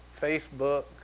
Facebook